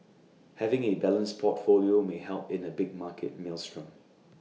having A balanced portfolio may help in A big market maelstrom